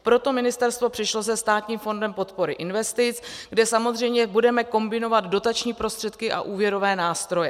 Proto ministerstvo přišlo se Státním fondem podpory investic, kde samozřejmě budeme kombinovat dotační prostředky a úvěrové nástroje.